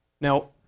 Now